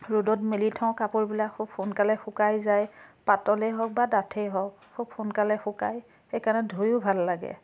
ৰ'দত মেলি থওঁ কাপোৰবিলাক খুব সোনকালে শুকাই যায় পাতলেই হওক বা ডাঠেই হওক খুব সোনকালে শুকাই সেইকাৰণে ধুয়ো ভাল লাগে